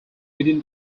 within